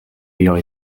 ayant